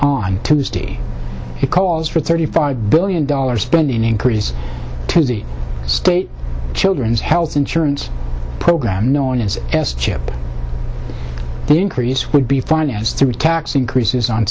on tuesday it calls for thirty five billion dollars spending increase to the state children's health insurance program known as s chip the increase would be financed through tax increases on